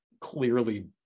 clearly